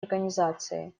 организации